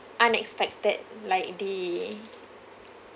unexpected like the